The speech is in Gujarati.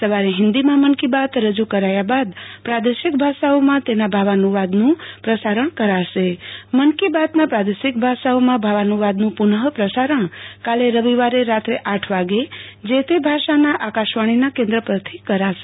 સવારે હિન્દીમાં મન કી બાત રજૂ કરાયા બાદ પ્રાદેશિક ભાષાઓમાં તેના ભાવાનુ વાદનું પ્રસારણ કરાશે મન કી બાતના પ્રાદેશિક ભાષાઓમાં ભાવાનુ વાદનું પુનઃ પ્રસારણ કાલે રવિવારે રાત્રે આઠ વાગે જે તે ભાષાના આકાશવાણીના કેન્દ્રી પરથી કરાશે